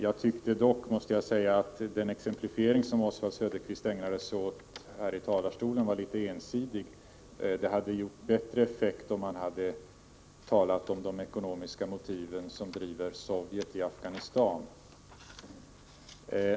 Jag måste dock säga att den exemplifiering som Oswald Söderqvist ägnade sig åt var litet ensidig. Det hade gjort bättre effekt om han hade talat om de ekonomiska motiv som driver Sovjet i Afghanistan.